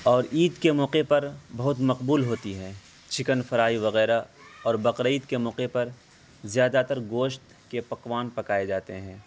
اور عید کے موقعے پر بہت مقبول ہوتی ہیں چکن فرائی وغیرہ اور بقرعید کے موقعے پر زیادہ تر گوشت کے پکوان پکائے جاتے ہیں